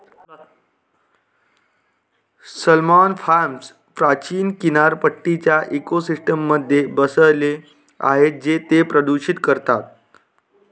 salmon farms प्राचीन किनारपट्टीच्या इकोसिस्टममध्ये बसले आहेत जे ते प्रदूषित करतात